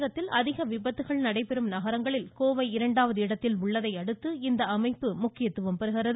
தமிழகத்தில் அதிக விபத்துகள் நடைபெறும் நகரங்களில் கோவை இரண்டாவது இடத்தில் உள்ளதையடுத்து இந்த அமைப்பு முக்கியத்துவம் பெறுகிறது